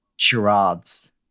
charades